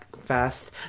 fast